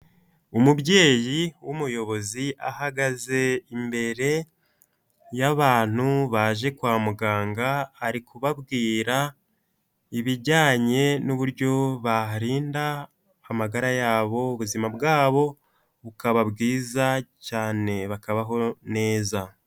Umubyeyi w'umuyobozi ahagaze imbere y'abantu baje kwa muganga, ari kubabwira ibijyanye n'uburyo barinda amagara yabo, ubuzima bwabo bukaba bwiza cyane, bakabaho neza.